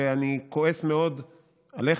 ואני כועס מאוד עליך,